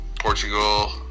Portugal